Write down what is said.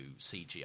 cgi